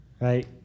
right